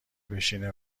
بشینه